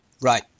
Right